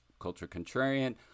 culturecontrarian